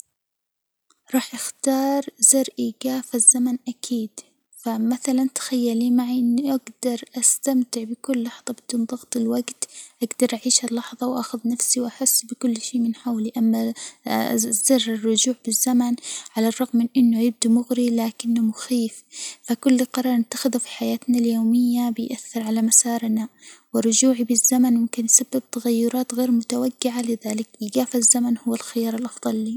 روح أختار زر إيجاف الزمن أكيد، فمثلاً تخيلي معي إني أجدر أستمتع بكل لحظة بدون ضغط الوجت، أجدر أعيش اللحظة وأخذ نفسي وأحس بكل شيء من حولي، أما زر الرجوع بالزمن، على الرغم من إنه يبدو مغري إلا إنه مخيف، فكل جرار نتخذه في حياتنا اليومية بيأثر على مسارنا، ورجوعي بالزمن ممكن يسبب تغيرات غير متوجعة، لذلك إيجاف الزمن هو الخيار الأفضل لي.